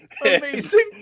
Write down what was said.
Amazing